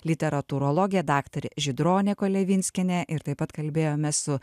literatūrologė daktarė žydronė kolevinskienė ir taip pat kalbėjomės su